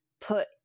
put